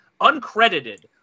uncredited